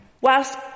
whilst